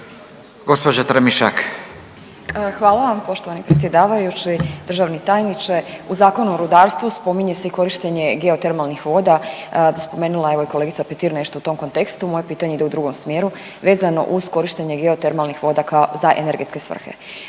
Nataša (HDZ)** Hvala vam poštovani predsjedavajući. Državni tajniče. U Zakonu o rudarstvu spominje se i korištenje geotermalnih voda, spomenula je evo i kolegica Petir nešto u tom kontekstu, moje pitanje ide u drugom smjeru vezano uz korištenje geotermalnih voda za energetske svrhe.